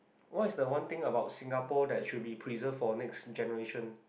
what is the one thing about Singapore that should be preserve for next generation